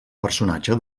personatge